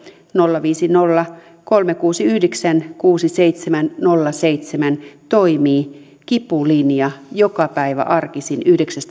nolla viisi nolla kolme kuusi yhdeksän kuusi seitsemän nolla seitsemän toimii kipulinja joka päivä arkisin yhdeksän